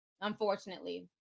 unfortunately